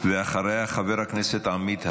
ואחריה, חבר הכנסת עמית הלוי.